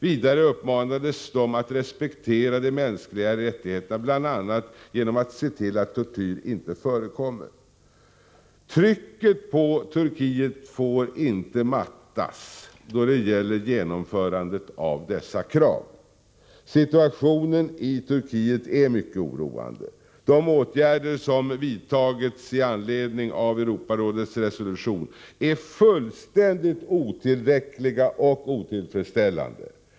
Vidare uppmanades de att respektera de mänskliga rättigheterna, bl.a. genom att se till att tortyr inte förekommer. Trycket på Turkiet får inte mattas då det gäller genomförandet av dessa krav. Situationen i Turkiet är mycket oroande. De åtgärder som vidtagits i anledning av Europarådets resolution är fullständigt otillräckliga och otillfredsställande.